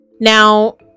Now